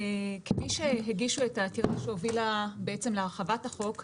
כמי שהגישו את העתירה שהובילה להרחבת החוק אנחנו,